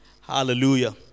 Hallelujah